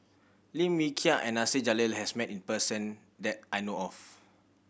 Lim Wee Kiak and Nasir Jalil has met this person that I know of